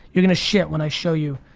you're gonna shit when i show you,